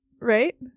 Right